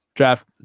Draft